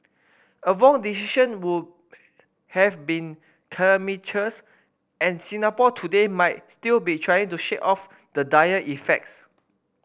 a wrong decision would have been calamitous and Singapore today might still be trying to shake off the dire effects